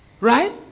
Right